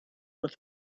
with